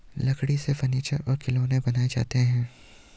लकड़ी से फर्नीचर और खिलौनें बनाये जाते हैं